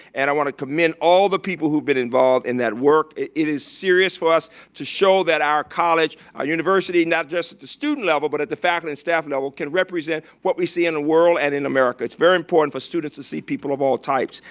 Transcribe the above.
and i want to commend all the people who've been involved in that work. it is serious for us to show that our college, our university, not just at the student level, but at the faculty and staff level, can represent what we see in the world and in america. it's very important for students to see people of all types.